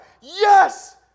Yes